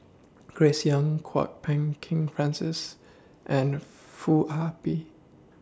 Grace Young Kwok Peng Kin Francis and Foo Ah Bee